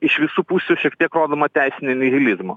iš visų pusių šiek tiek rodomą teisinį nihilizmą